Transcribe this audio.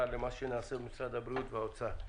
למה שנעשה במשרד הבריאות ובמשרד האוצר.